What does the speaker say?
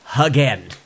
again